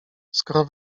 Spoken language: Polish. skoro